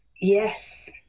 Yes